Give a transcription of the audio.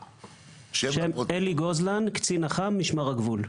אלי גוזלן, קצין אח"מ משמר הגבול.